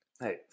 Hey